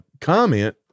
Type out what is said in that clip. comment